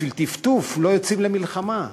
בשביל טפטוף לא יוצאים למלחמה.